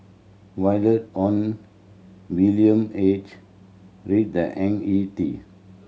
Violet Oon William H Read the Ang Ee Tee